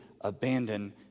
abandon